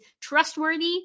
trustworthy